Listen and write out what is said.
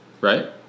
Right